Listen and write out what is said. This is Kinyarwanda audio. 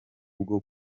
bwo